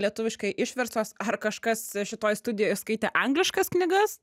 lietuviškai išverstos ar kažkas šitoj studijoj skaitė angliškas knygas